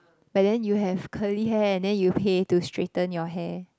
but then you have curly hair and then you pay to straighten your hair